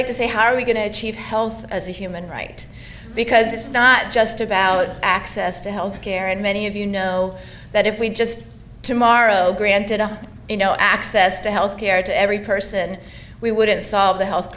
like to say how are we going to achieve health as a human right because it's not just about access to health care and many of you know that if we just tomorrow granted you know access to health care to every person we wouldn't solve the health